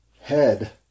head